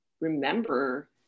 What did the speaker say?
remember